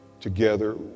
together